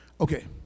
okay